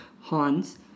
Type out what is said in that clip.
Hans